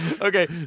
okay